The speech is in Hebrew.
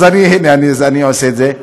אז הנה אני עושה את זה.